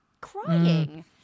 crying